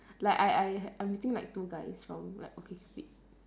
like I I I'm meeting like two guys from like okcupid